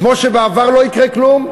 כמו שבעבר לא קרה כלום,